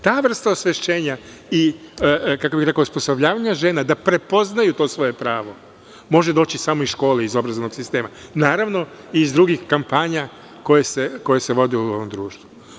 Ta vrsta osvešćenja i osposobljavanja žena, da prepoznaju to svoje pravo, može doći samo iz škole, iz obrazovnog sistema i iz drugih kampanja koje se vode u ovom društvu.